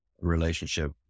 relationship